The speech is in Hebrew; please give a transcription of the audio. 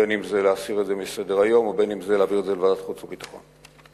להסיר מסדר-היום או להעביר לוועדת החוץ והביטחון.